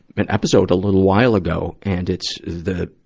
an episode a little while ago. and it's the,